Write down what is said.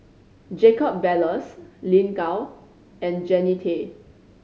Jacob Ballas Lin Gao and Jannie Tay